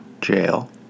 jail